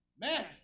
Man